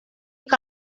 que